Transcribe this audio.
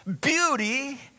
beauty